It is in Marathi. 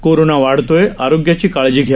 कोरोना वाढतोय आरोग्याची काळजी घ्या